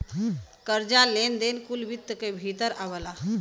कर्जा, लेन देन कुल वित्त क भीतर ही आवला